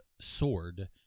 sword